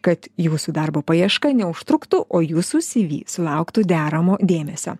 kad jūsų darbo paieška neužtruktų o jūsų cv sulauktų deramo dėmesio